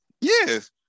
yes